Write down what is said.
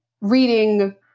reading